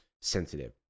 sensitive